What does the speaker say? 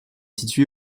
située